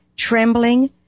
Trembling